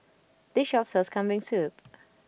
this shop sells Kambing Soup